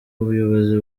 ubuyobozi